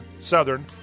Southern